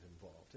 involved